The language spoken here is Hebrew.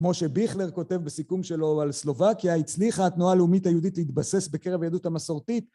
כמו שביכלר כותב בסיכום שלו על סלובקיה, הצליחה התנועה הלאומית היהודית להתבסס בקרב היהדות המסורתית.